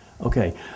Okay